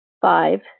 Five